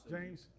James